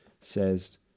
says